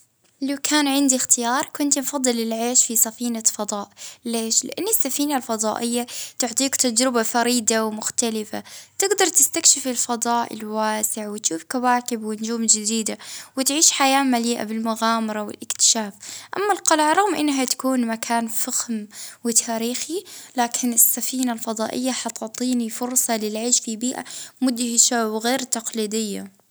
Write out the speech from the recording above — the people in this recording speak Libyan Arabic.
اه نختار قلعة، حياة الملوك والتاريخ لها جاذبية أكتر من سفينة الفضاء.